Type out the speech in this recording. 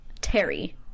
Terry